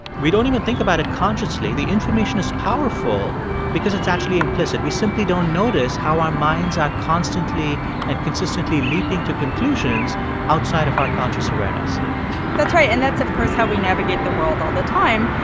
we don't even think about it consciously. the information is powerful because it's actually implicit. we simply don't notice how our minds are constantly and consistently leaping to conclusions outside of our conscious awareness that's right. and that's, of course, how we navigate the world all the time.